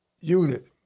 unit